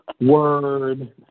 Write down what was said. Word